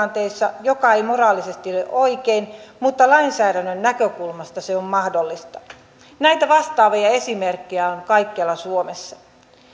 näissä tilanteissa mikä ei moraalisesti ole oikein mutta lainsäädännön näkökulmasta se on mahdollista näitä vastaavia esimerkkejä on kaikkialla suomessa